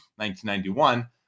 1991